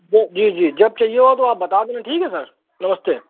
जो जी जी जब चाहिए हो तो आप बता देना ठीक है सर नमस्ते